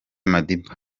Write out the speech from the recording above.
madiba